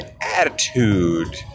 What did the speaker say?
attitude